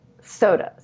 sodas